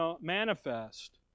manifest